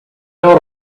out